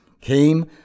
came